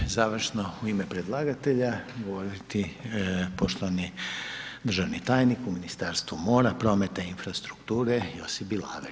Sad će završno u ime predlagatelja govoriti poštovani državni tajnik u Ministarstvu mora, prometa i infrastrukture Josip Bilaver.